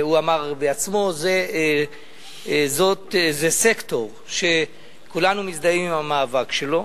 הוא אמר בעצמו: זה סקטור שכולנו מזדהים עם המאבק שלו.